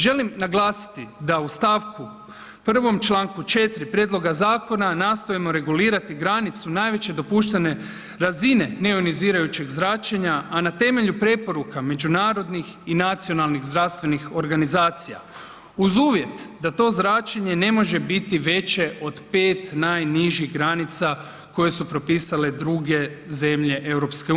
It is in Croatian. Želim naglasiti da u st. 1. čl. 4. prijedloga zakona nastojimo regulirati granicu najveće dopuštene razine neionizirajućeg zračenja, a na temelju preporuka međunarodnih i nacionalnih zdravstvenih organizacija uz uvjet da to zračenje ne može biti veće od 5 najnižih granica koje su propisale druge zemlje EU.